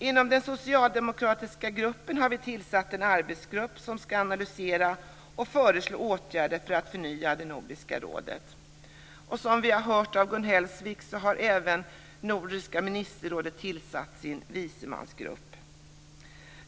Inom den socialdemokratiska gruppen har vi tillsatt en arbetsgrupp som ska analysera och föreslå åtgärder för att förnya Nordiska rådet. Som vi har hört av Gun Hellsvik har även Nordiska ministerrådet tillsatt Vismansgruppen.